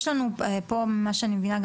יש לנו פה גם ממה שאני מבינה,